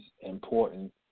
important